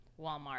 walmart